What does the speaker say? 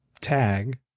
tag